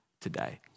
today